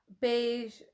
beige